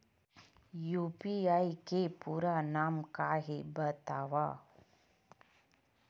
UPI के पूरा नाम का हे बतावव?